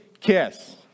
kiss